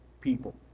people